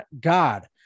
God